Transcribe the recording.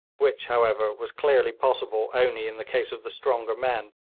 which, however, was clearly possible only in the case of the stronger men,